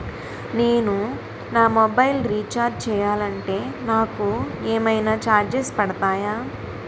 నేను నా mobile recharge చేయాలంటే నాకు ఏమైనా చార్జెస్ పడతాయా?